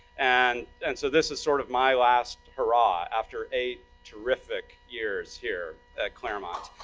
and and so this is sort of my last hurrah after eight terrific years here at claremont.